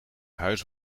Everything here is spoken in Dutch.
huis